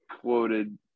quoted